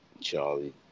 Charlie